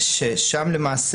ששם נקבע